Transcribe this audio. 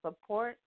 support